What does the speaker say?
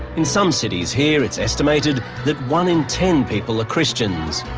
in some cities here it's estimated that one in ten people are christians.